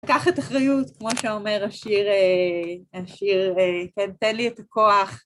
לקחת אחריות, כמו שאומר השיר, כן, תן לי את הכוח.